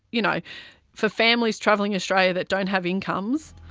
you know for families travelling australia that don't have incomes.